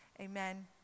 Amen